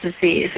Disease